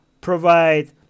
provide